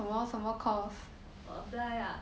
我 apply ah